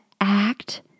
act